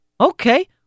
Okay